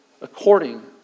according